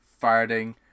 farting